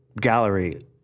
gallery